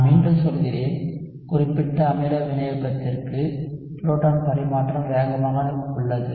நான் மீண்டும் சொல்கிறேன் குறிப்பிட்ட அமில வினையூக்கத்திற்கு புரோட்டான் பரிமாற்றம் வேகமாக உள்ளது